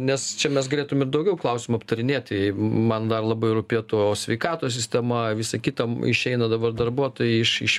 nes čia mes galėtume ir daugiau klausimų aptarinėti man dar labai rūpėtų sveikatos sistema visa kita išeina dabar darbuotojai iš iš